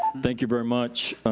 thank you very much.